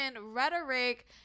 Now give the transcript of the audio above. rhetoric